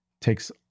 takes